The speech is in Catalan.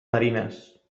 marines